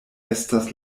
estas